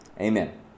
Amen